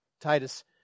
Titus